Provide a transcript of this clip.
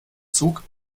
zug